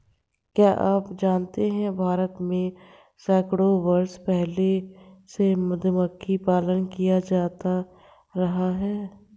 क्या आप जानते है भारत में सैकड़ों वर्ष पहले से मधुमक्खी पालन किया जाता रहा है?